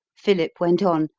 philip went on,